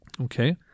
Okay